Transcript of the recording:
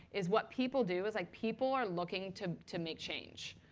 is what people do. it's like people are looking to to make change.